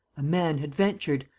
a man had ventured!